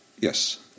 Yes